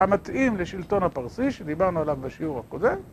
המתאים לשלטון הפרסי שדיברנו עליו בשיעור הקודם